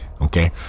Okay